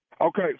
Okay